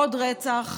עוד רצח,